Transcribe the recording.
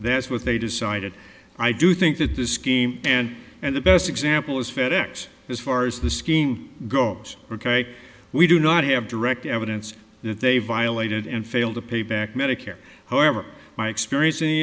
that's what they decided i do think that the scheme and and the best example is fed ex as far as the scheme goes ok we do not have direct evidence that they violated and fail to pay back medicare however my experiencing